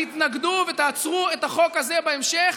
תתנגדו ותעצרו את החוק הזה בהמשך,